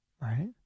Right